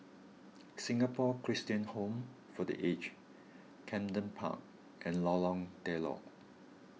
Singapore Christian Home for the Aged Camden Park and Lorong Telok